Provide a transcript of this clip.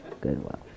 goodwill